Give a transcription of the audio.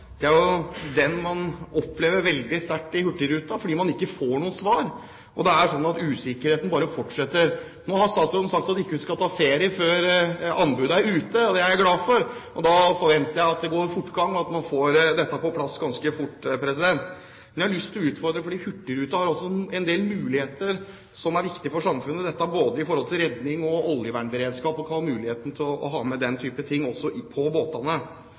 usikkerheten bare fortsetter. Statsråden har nå sagt at hun ikke skal ta ferie før anbudet er ute. Det er jeg glad for, og da forventer jeg at det blir fortgang, og at man får dette på plass ganske fort. Men jeg har lyst til å komme med en utfordring fordi hurtigruta også har en del muligheter med hensyn til oppdrag som er viktige for samfunnet, f.eks. i forhold til redning og oljevernberedskap, og den har muligheten til å ha med slikt utstyr på båtene. Jeg har lyst til å utfordre statsråden når det gjelder om hun vil sørge for at dette også